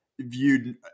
viewed